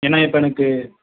ஏன்னா இப்போ எனக்கு